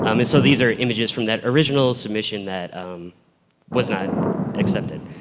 um and so these are images from that original submission that was not accepted.